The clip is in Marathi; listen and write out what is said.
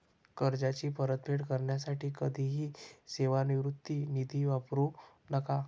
कर्जाची परतफेड करण्यासाठी कधीही सेवानिवृत्ती निधी वापरू नका